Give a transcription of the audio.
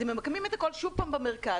אתם ממקמים את הכול שוב במרכז,